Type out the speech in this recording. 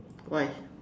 why